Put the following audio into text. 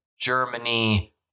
Germany